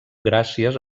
gràcies